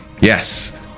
yes